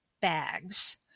bags